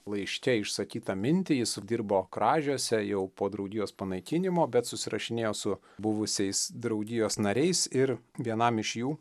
laiške išsakytą mintį jį sudirbo kražiuose jau po draugijos panaikinimo bet susirašinėjo su buvusiais draugijos nariais ir vienam iš jų